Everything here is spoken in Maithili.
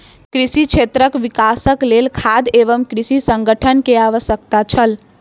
कृषि क्षेत्रक विकासक लेल खाद्य एवं कृषि संगठन के आवश्यकता छल